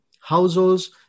households